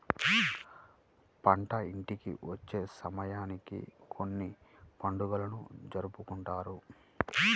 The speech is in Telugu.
పంట ఇంటికి వచ్చే సమయానికి కొన్ని పండుగలను జరుపుకుంటారు